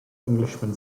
englishman